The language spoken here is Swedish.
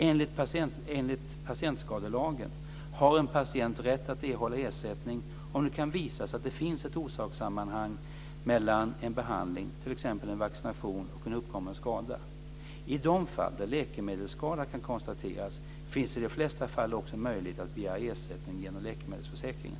Enligt patientskadelagen har en patient rätt att erhålla ersättning om det kan visas att det finns ett orsakssammanhang mellan en behandling, t.ex. en vaccination, och en uppkommen skada. I de flesta fall där läkemedelsskada kan konstateras finns också möjligheten att begära ersättning genom läkemedelsförsäkringen.